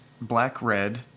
black-red